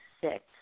six